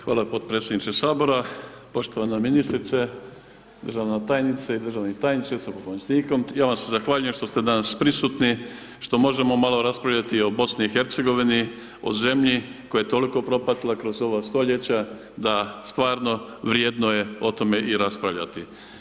Hvala potpredsjedniče Sabora, poštovana ministrice, državna tajnice i državni tajniče sa pomoćnikom, ja vam se zahvaljujem što ste danas prisutni, što možemo malo raspravljati i o BiH, o zemlji koja je toliko propatila kroz ovo stoljeće da stvarno vrijedno je o tome i raspravljati.